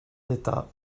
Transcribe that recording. d’état